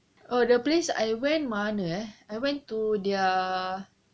oh the place I went mana eh I went to their